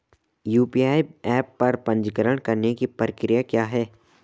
UPI app पर पंजीकरण करने की प्रक्रिया क्या है?